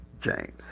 James